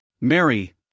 Mary